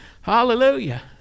Hallelujah